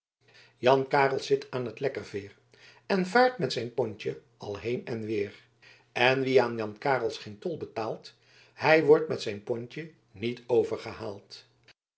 jan carels zit aan het lekkerveer en vaart met zijn pontje al heen en weer en wie aan jan carels geen tol betaalt hij wordt met zijn pontje niet